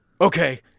Okay